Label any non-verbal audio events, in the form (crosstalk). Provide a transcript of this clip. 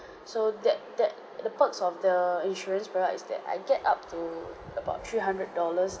(breath) so that that the perks of the insurance product is that I get up to about three hundred dollars